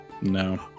No